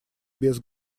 без